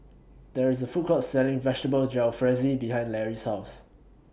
There IS A Food Court Selling Vegetable Jalfrezi behind Lary's House